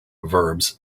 verbs